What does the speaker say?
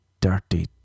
dirty